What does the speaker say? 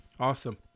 awesome